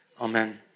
Amen